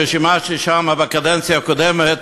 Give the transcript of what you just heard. ששם שימשתי בקדנציה הקודמת